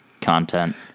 content